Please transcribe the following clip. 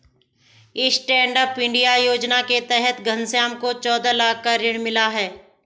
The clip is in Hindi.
स्टैंडअप इंडिया योजना के तहत घनश्याम को चौदह लाख का ऋण मिला है